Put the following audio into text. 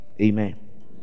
amen